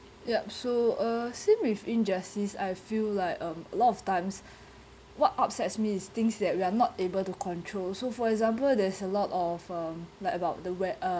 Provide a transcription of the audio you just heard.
yup so uh same with injustice I feel like um a lot of times what upsets me is things that we are not able to control so for example there's a lot of um like about the we~ uh